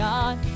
God